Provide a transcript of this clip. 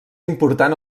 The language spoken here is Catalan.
important